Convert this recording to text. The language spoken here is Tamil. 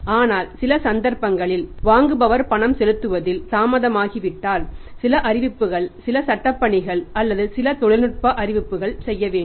ஆனால் சில சந்தர்ப்பங்களில் வாங்குபவர் பணம் செலுத்துவதில் தாமதமாகிவிட்டால் சில அறிவிப்புகள் சில சட்டப் பணிகள் அல்லது சில தொழில்நுட்ப அறிவிப்புகள் செய்ய வேண்டும்